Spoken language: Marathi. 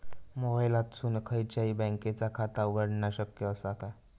मोबाईलातसून खयच्याई बँकेचा खाता उघडणा शक्य असा काय?